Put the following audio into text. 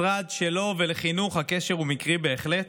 משרד שהקשר בינו לבין חינוך הוא מקרי בהחלט,